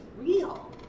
real